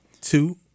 two